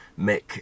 Mick